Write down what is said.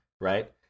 Right